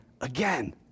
again